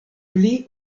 pli